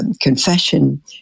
confession